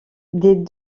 des